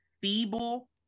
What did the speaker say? feeble